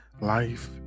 Life